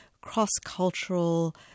cross-cultural